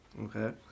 Okay